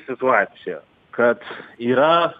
situacija kad yra